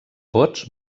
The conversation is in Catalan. vots